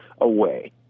away